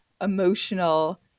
emotional